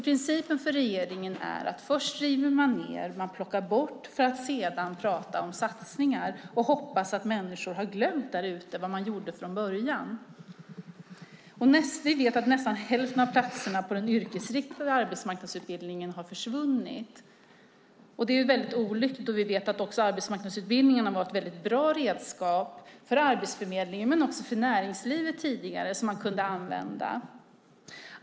Principen för regeringen är att först riva ned, att plocka bort för att sedan prata om satsningar och hoppas att människor där ute har glömt vad man gjorde från början. Vi vet att nästan hälften av platserna på den yrkesinriktade arbetsmarknadsutbildningen har försvunnit. Det är olyckligt, då vi vet att också arbetsmarknadsutbildningarna var ett väldigt bra redskap för Arbetsförmedlingen men också för näringslivet tidigare som man kunde använda.